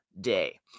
day